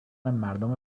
مردم